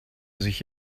sich